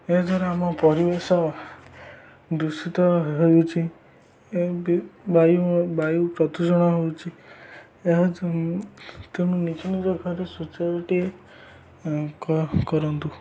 ଏହା ଦ୍ଵାରା ଆମ ପରିବେଶ ଦୂଷିତ ହେଉଛି ବାୟୁ ବାୟୁ ପ୍ରଦୂଷଣ ହେଉଛି ଏହା ତେଣୁ ନିଜ ନିଜ ଘରେ ଶୌଚାଳୟଟିଏ କରନ୍ତୁ